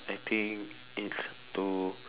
I think it's to